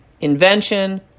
Invention